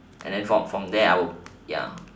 and then from from there I will ya